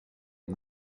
him